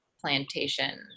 plantation